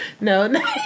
no